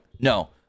no